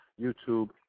YouTube